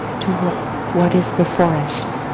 to what what is before us.